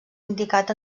indicat